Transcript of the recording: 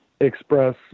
express